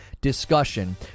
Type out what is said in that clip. discussion